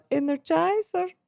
energizer